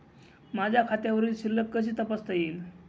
माझ्या खात्यावरील शिल्लक कशी तपासता येईल?